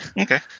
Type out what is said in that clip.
Okay